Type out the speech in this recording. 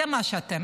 זה מה שאתם.